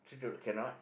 two dollar cannot